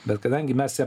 bet kadangi mes ją